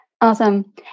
Awesome